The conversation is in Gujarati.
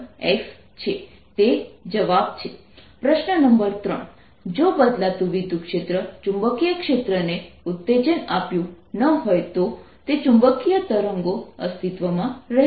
57x પ્રશ્ન નંબર 3 જો બદલાતું વિદ્યુતક્ષેત્ર ચુંબકીય ક્ષેત્રને ઉત્તેજન આપ્યું ન હોય તો તે ચુંબકીય તરંગો અસ્તિત્વમાં રહેશે